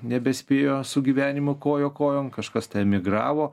nebespėjo su gyvenimu koja kojon kažkas tai emigravo